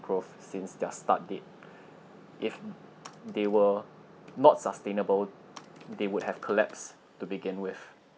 growth since their start date if they were not sustainable they would have collapsed to begin with